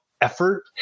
effort